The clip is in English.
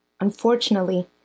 Unfortunately